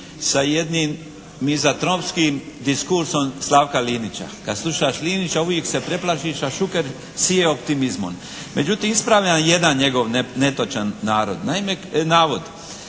sa jednim mizantropskim diskursom Slavka Linića. Kad slušaš Linića uvijek se preplašiš, a Šuker sije optimizmom. Međutim, ispravljam jedan njegov netočan navod. Naime, kad